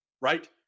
right